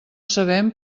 sabem